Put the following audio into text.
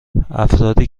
افرادی